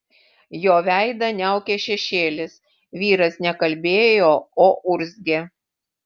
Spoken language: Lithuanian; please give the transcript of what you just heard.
jo veidą niaukė šešėlis vyras ne kalbėjo o urzgė